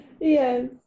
Yes